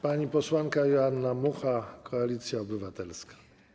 Pani posłanka Joanna Mucha, Koalicja Obywatelska.